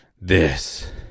This